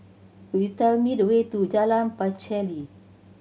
could you tell me the way to Jalan Pacheli